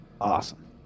Awesome